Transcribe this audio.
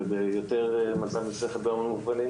וזה היה יותר מזל משכל בהרבה מובנים